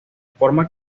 forma